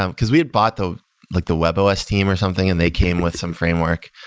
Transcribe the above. um because we had bought the like the web ah os team or something and they came with some framework.